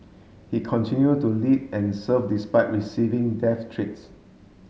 he continue to lead and serve despite receiving death treats